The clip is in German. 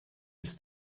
ist